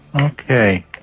Okay